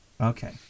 Okay